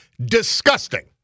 Disgusting